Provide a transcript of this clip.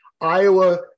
Iowa